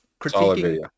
critiquing